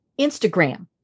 Instagram